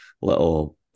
little